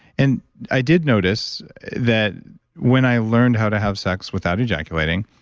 and i did notice that when i learned how to have sex without ejaculating,